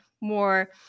more